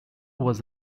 was